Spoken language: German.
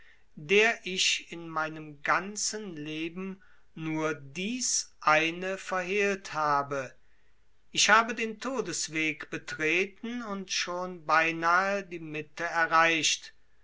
der ich in meinem ganzen leben nur dies eine verhehlt habe ich habe den todesweg betreten und schon beinahe die mitte erreicht